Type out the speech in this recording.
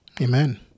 Amen